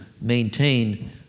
maintain